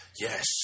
yes